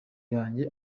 yanjye